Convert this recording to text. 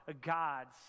gods